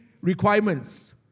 requirements